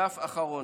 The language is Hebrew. דף אחרון.